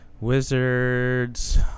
Wizards